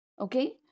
okay